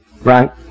right